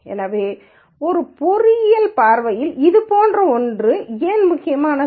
எனவே ஒரு பொறியியல் பார்வையில் இது போன்ற ஒன்று ஏன் முக்கியமானது